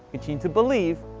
continue to believe,